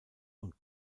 und